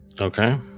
Okay